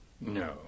No